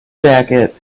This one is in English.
jacket